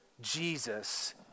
Jesus